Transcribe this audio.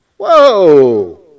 Whoa